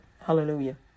Hallelujah